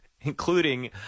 Including